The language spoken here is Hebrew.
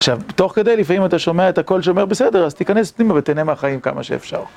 עכשיו, תוך כדי, לפעמים אתה שומע את הקול שאומר, בסדר, אז תיכנס פנימה ותהנה מהחיים כמה שאפשר.